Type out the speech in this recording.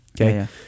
Okay